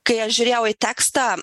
kai aš žiūrėjau į tekstą